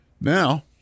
Now